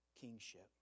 kingship